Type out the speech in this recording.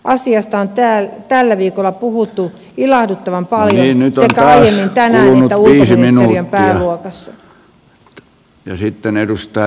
asiasta on tällä viikolla puhuttu ilahduttavan paljon sekä aiemmin tänään että ulkoministeriön pääluokassa